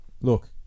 look